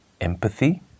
empathy